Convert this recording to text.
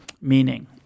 meaning